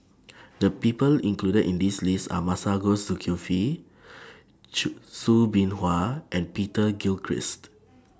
The People included in This list Are Masagos Zulkifli Chew Soo Bin Hua and Peter Gilchrist